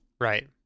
right